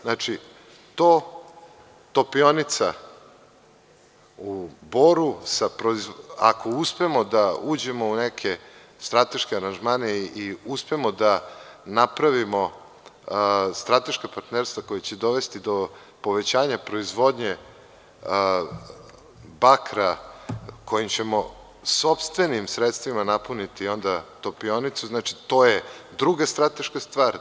Znači, Topionica u Boru, ako uspemo da uđemo u neke strateške aranžmane i uspemo da napravimo strateška partnerstva koja će dovesti do povećanja proizvodnje bakra, kojim ćemo sopstvenim sredstvima napuniti Topionicu, to je druga strateška stvar.